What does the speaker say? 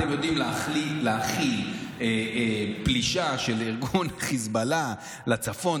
אתם יודעים להכיל פלישה של ארגון חיזבאללה לצפון,